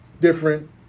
different